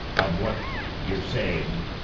of what you're saying,